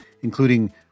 including